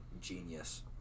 genius